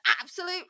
absolute